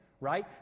right